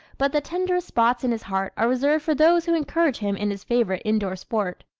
but the tenderest spots in his heart are reserved for those who encourage him in his favorite indoor sport.